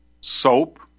soap